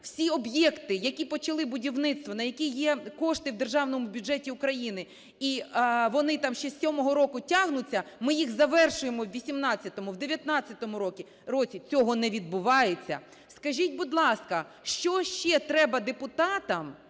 всі об'єкти, які почали будівництво, на які є кошти в державному бюджеті України, і вони там з 7-го року тягнуться, ми їх завершуємо у 18-му, в 19-му році? Цього не відбувається. Скажіть, будь ласка, що ще треба депутатам,